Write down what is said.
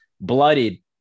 bloodied